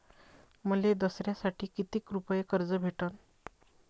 मले दसऱ्यासाठी कितीक रुपये कर्ज भेटन?